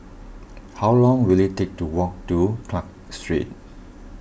how long will it take to walk to Clarke Street